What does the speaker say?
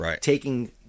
taking